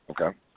Okay